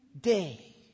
day